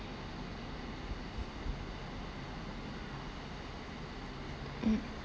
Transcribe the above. mm